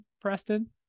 Preston